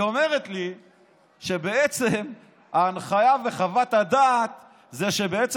היא אומרת לי שבעצם ההנחיה וחוות הדעת היא שבעצם